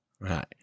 Right